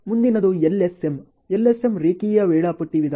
ಮುಂದಿನದು LSM LSM ರೇಖೀಯ ವೇಳಾಪಟ್ಟಿ ವಿಧಾನ